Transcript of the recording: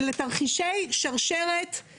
הבעיות המרכזיות הן בתרחיש בו אותן רשויות צריכות